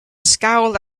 scowled